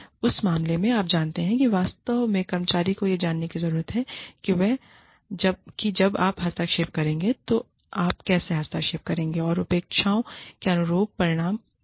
और उस मामले में आप जानते हैं कि वास्तव में कर्मचारी को यह जानने की जरूरत है कि जब आप हस्तक्षेप करेंगे तो आप कैसे हस्तक्षेप करेंगे कि अपेक्षाओं के अनुरूप परिणाम नहीं मिले हैं